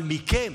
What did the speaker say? אבל מכם,